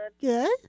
Good